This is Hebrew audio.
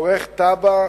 עורך תב"ע,